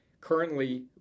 Currently